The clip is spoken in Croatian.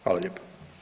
Hvala lijepa.